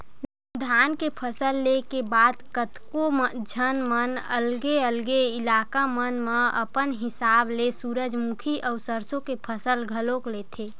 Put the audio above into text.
धान के फसल ले के बाद कतको झन मन अलगे अलगे इलाका मन म अपन हिसाब ले सूरजमुखी अउ सरसो के फसल घलोक लेथे